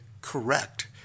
correct